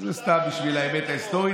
אבל זה סתם בשביל האמת ההיסטורית.